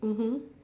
mmhmm